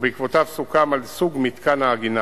ובעקבותיו סוכם על סוג מתקן העגינה.